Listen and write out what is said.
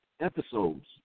episodes